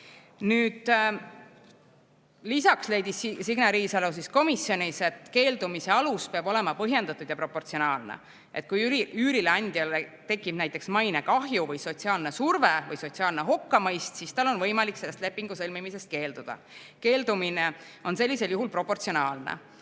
Lisaks leidis Signe Riisalo komisjonis, et keeldumise alus peab olema põhjendatud ja proportsionaalne. Kui üürileandjale tekib näiteks mainekahju, sotsiaalne surve või sotsiaalne hukkamõist, siis on tal võimalik lepingu sõlmimisest keelduda. Keeldumine on sellisel juhul proportsionaalne.